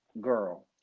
Girl